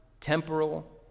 temporal